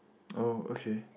oh okay